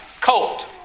colt